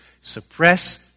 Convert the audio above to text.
suppress